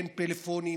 אין פלאפונים,